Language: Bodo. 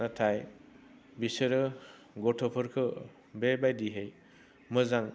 नाथाय बिसोरो गथ'फोरखौ बे बायदियै मोजां